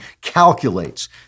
Calculates